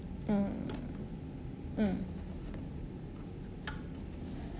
mm mm